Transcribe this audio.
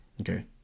Okay